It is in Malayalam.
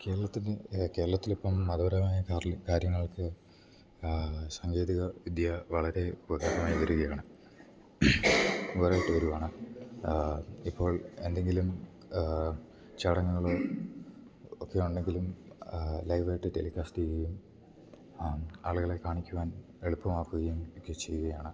കേരളത്തിന് കേരളത്തിൽ ഇപ്പം മതപരമായ കാര്യങ്ങൾ കാര്യങ്ങൾക്ക് സാങ്കേതിക വിദ്യ വളരെ ഉപകാരമായി വരികയാണ് ഉപകാരമായിട്ട് വരികയാണ് ഇപ്പോൾ എന്തെങ്കിലും ചടങ്ങുകളോ ഒക്കെ ഉണ്ടെങ്കിലും ലൈവ് ആയിട്ട് ടെലിക്കാസ്റ്റ് ചെയ്യുകയും ആളുകളെ കാണിക്കുവാൻ എളുപ്പമാക്കുകയും ഒക്കെ ചെയ്യുകയാണ്